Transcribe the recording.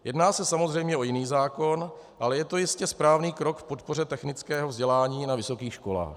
Jedná se samozřejmě o jiný zákon, ale je to jistě správný krok k podpoře technického vzdělání na vysokých školách.